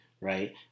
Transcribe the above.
Right